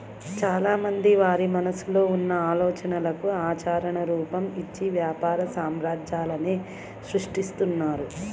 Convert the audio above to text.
చాలామంది వారి మనసులో ఉన్న ఆలోచనలకు ఆచరణ రూపం, ఇచ్చి వ్యాపార సామ్రాజ్యాలనే సృష్టిస్తున్నారు